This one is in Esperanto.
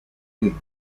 vin